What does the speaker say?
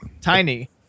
Tiny